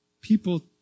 people